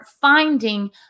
finding